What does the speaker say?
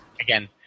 Again